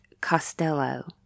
Costello